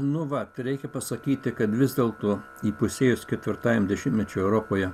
nu vat reikia pasakyti kad vis dėlto įpusėjus ketvirtajam dešimtmečiui europoje